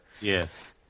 Yes